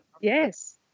Yes